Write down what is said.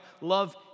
love